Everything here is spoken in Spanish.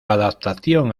adaptación